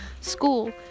school